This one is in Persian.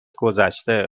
گذشته